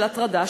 של הטרדה,